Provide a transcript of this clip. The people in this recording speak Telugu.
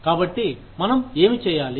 కాబట్టి మనం ఏమి చేయాలి